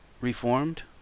reformed